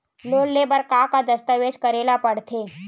Loan ले बर का का दस्तावेज करेला पड़थे?